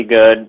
good